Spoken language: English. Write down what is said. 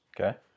Okay